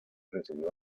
recibió